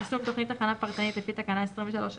יישום תכנית הכנה פרטנית לפי תקנה 23(א),